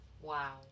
Wow